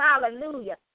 Hallelujah